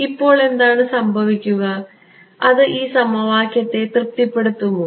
ഇപ്പോൾ എന്താണ് സംഭവിക്കുക അത് ഈ സമവാക്യത്തെ തൃപ്തിപ്പെടുത്തുമോ